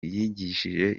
yigishije